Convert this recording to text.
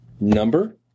number